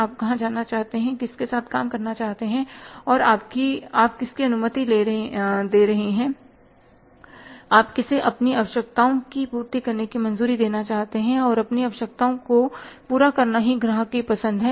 आप कहाँ जाना चाहते हैं किसके साथ काम करना चाहते हैं आप किसकी अनुमति दे रहे हैं आप किसे अपनी आवश्यकताओं की पूर्ति करने की मंजूरी देना चाहते हैं और अपनी आवश्यकताओं को पूरा करना ही ग्राहक की पसंद है